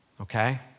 okay